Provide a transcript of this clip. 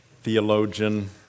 Theologian